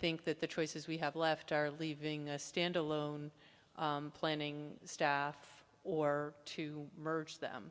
think that the choices we have left are leaving a stand alone planning staff or to merge them